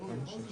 שלום רב,